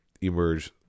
emerge